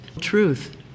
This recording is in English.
truth